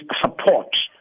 support